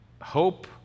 hope